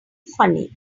funny